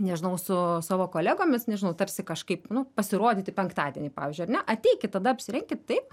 nežinau su savo kolegomis nežinau tarsi kažkaip nu pasirodyti penktadienį pavyzdžiui ar ne ateikit tada apsirenkit taip